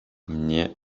mnie